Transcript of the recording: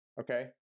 Okay